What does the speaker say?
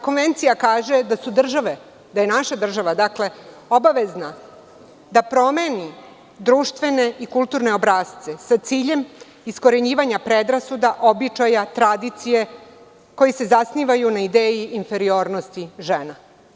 Konvencija kaže da je naša država obavezna da promeni društvene i kulturne obrasce sa ciljem iskorenjivanja predrasuda, običaja i tradicija, koji se zasnivaju na ideji inferiornosti žena.